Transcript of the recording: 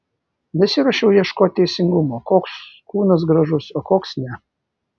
nesiruošiau ieškoti teisingumo koks kūnas gražus o koks ne